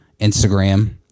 Instagram